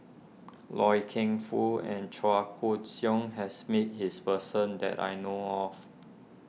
Loy Keng Foo and Chua Koon Siong has met his person that I know of